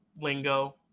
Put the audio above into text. lingo